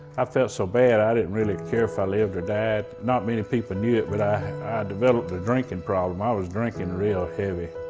i felt so bad i didn't really care if i lived or died. not many people knew it, but i developed a drinking problem. i was drinking real heavy.